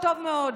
טוב מאוד.